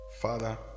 Father